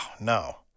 no